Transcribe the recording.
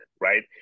right